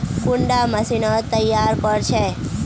कुंडा मशीनोत तैयार कोर छै?